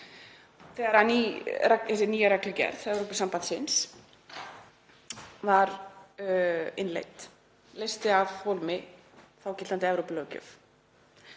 þegar þessi nýja reglugerð Evrópusambandsins var innleidd og leysti af hólmi þágildandi Evrópulöggjöf.